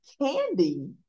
candy